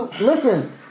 listen